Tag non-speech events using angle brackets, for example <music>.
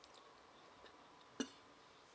<coughs>